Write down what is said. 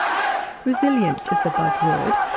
resilience is the buzz word,